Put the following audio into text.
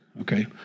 Okay